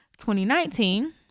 2019